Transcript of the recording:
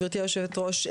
גברתי יושבת הראש,